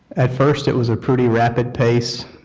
at first, it was a pretty rapid pace,